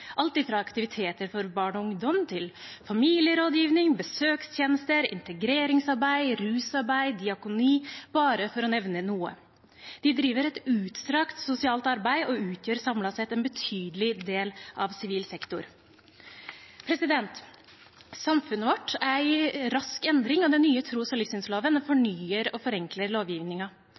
alt fra aktiviteter for barn og ungdom, til familierådgivning, besøkstjenester, integreringsarbeid, rusarbeid og diakoni, bare for å nevne noe. De driver et utstrakt sosialt arbeid og utgjør samlet sett en betydelig del av sivil sektor. Samfunnet vårt er i rask endring, og den nye tros- og livssynsloven fornyer og forenkler